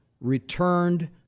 returned